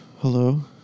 Hello